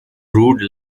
rude